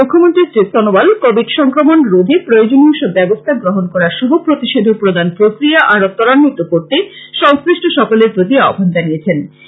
মৃখ্যমন্ত্রী Shri Sonowal Covid সংক্রমণ রোধে প্রয়োজনীয় সব ব্যবস্থা গ্রহন করা সহ প্রতিষেধক প্রদান প্রক্রিয়া আরও ত্বরান্বিত করতে সংশ্লিষ্ট সকলের প্রতি আহ্বান জানিয়েছেন